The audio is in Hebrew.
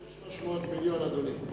זה סיפור של 300 מיליון, אדוני.